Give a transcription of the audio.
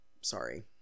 sorry